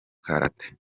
karate